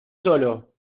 solo